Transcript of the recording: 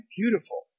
beautiful